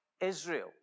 Israel